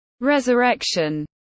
Resurrection